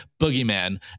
boogeyman